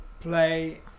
play